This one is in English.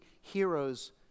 heroes